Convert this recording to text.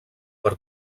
per